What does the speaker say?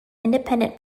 independent